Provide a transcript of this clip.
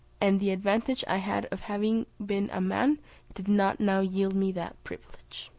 and the advantage i had of having been a man did not now yield me that privilege.